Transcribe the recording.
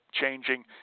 changing